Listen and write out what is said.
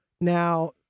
now